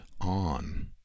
on